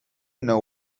know